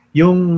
yung